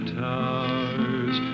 towers